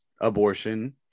abortion